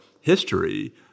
history